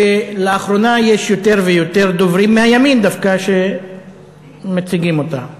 לאחרונה יש יותר ויותר דוברים מהימין דווקא שמציגים אותה,